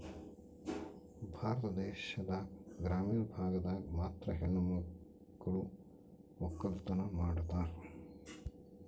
ಭಾರತ ದೇಶದಾಗ ಗ್ರಾಮೀಣ ಭಾಗದಾಗ ಮಾತ್ರ ಹೆಣಮಕ್ಳು ವಕ್ಕಲತನ ಮಾಡ್ತಾರ